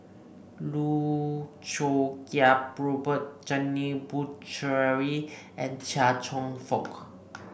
Loh Choo Kiat Robert Janil Puthucheary and Chia Cheong Fook